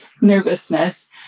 nervousness